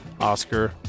Oscar